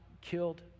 killed